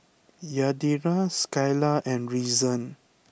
Yadira Skyla and Reason